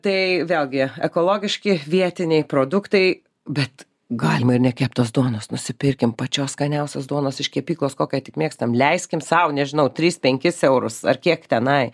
tai vėlgi ekologiški vietiniai produktai bet galima ir nekeptos duonos nusipirkim pačios skaniausios duonos iš kepyklos kokią tik mėgstam leiskim sau nežinau tris penkis eurus ar kiek tenai